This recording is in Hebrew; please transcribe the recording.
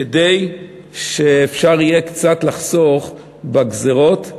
כדי שאפשר יהיה קצת לחסוך בגזירות.